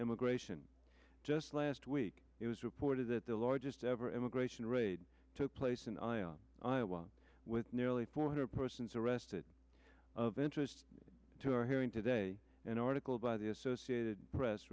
immigration just last week it was reported that the largest ever immigration raid took place in iowa iowa with nearly four hundred persons arrested of interest to our hearing today an article by the associated press